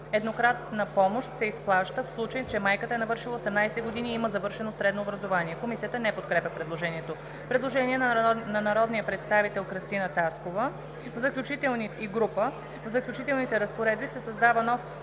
„Еднократна помощ се изплаща в случай, че майката е навършила 18 години и има завършено средно образование.“ Комисията не подкрепя предложението. Предложение на народния представител Кръстина Таскова и група народни представители: „В Заключителните разпоредби се създава нов